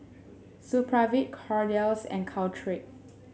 Supravit Kordel's and Caltrate